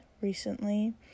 recently